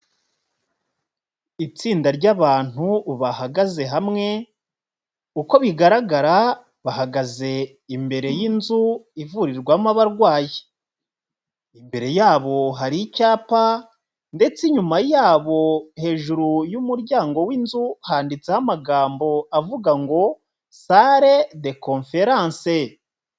Itsinda ry'abantu bahagaze hamwe, uko bigaragara bahagaze imbere y'izu ivurirwamo abarwayi. Imbere yabo hari icyapa ndetse inyuma yabo hejuru y'umuryango w'inzu, handitseho amagambo avuga ngo salle de conference.